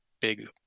big